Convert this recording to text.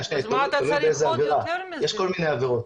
תלוי באיזה עבירה, יש כל מיני עבירות.